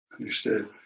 Understood